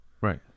Right